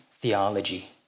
theology